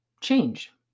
change